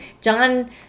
John